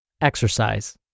Exercise